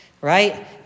right